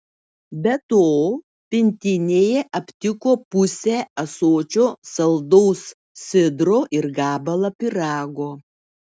be to pintinėje aptiko pusę ąsočio saldaus sidro ir gabalą pyrago